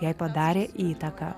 jai padarė įtaką